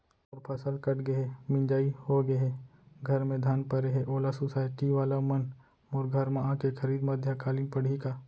मोर फसल कट गे हे, मिंजाई हो गे हे, घर में धान परे हे, ओला सुसायटी वाला मन मोर घर म आके खरीद मध्यकालीन पड़ही का?